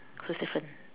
so it is different